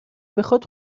بخاد